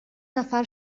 نفر